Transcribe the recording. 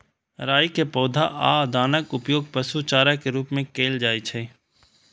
राइ के पौधा आ दानाक उपयोग पशु चारा के रूप मे कैल जाइ छै